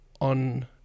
on